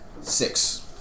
six